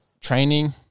training